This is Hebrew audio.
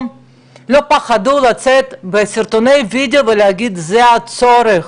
פחדו לצאת בסרטוני וידאו ולהגיד שזה הצורך,